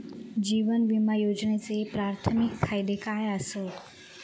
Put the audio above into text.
जीवन विमा योजनेचे प्राथमिक फायदे काय आसत?